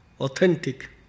authentic